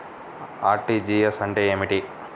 RTGS అంటే ఏమిటి?